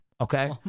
Okay